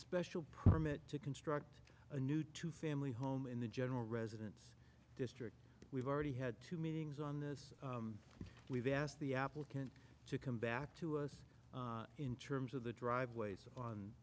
special permit to construct a new two family home in the general residence district we've already had two meetings on this we've asked the applicant to come back to us in terms of the driveways on